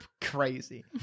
Crazy